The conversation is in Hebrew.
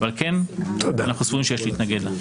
משכך, אנו סבורים שיש להתנגד לה.